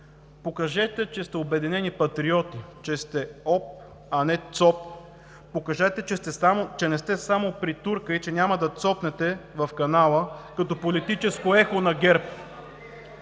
Покажете, че сте „Обединени патриоти“, че сте ОП, а не ЦОП, покажете, че не сте само притурка и че няма да цопнете в канала като политическо ехо на ГЕРБ.